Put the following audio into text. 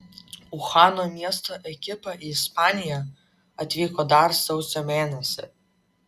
uhano miesto ekipa į ispaniją atvyko dar sausio mėnesį